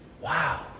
wow